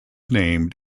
named